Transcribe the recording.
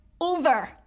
over